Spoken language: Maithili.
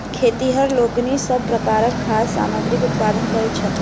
खेतिहर लोकनि सभ प्रकारक खाद्य सामग्रीक उत्पादन करैत छथि